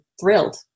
thrilled